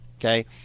okay